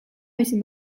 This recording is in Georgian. მისი